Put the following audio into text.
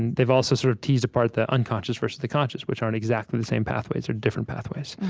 and they've also sort of teased apart the unconscious versus the conscious, which aren't exactly the same pathways they're different pathways.